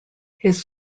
his